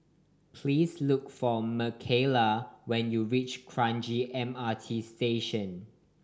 please look for Mckayla when you reach Kranji M R T Station